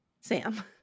Sam